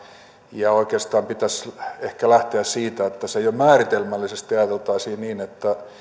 ja oikeastaan pitäisi ehkä lähteä siitä että se jo määritelmällisesti ajateltaisiin niin että